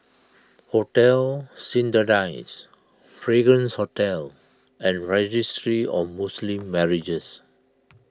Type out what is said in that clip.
Hotel Citadines Fragrance Hotel and Registry of Muslim Marriages